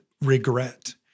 regret